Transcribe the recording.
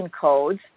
codes